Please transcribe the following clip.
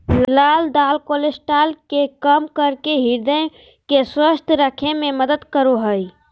लाल दाल कोलेस्ट्रॉल के कम करके हृदय के स्वस्थ रखे में मदद करो हइ